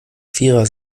vierer